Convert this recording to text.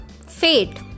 fate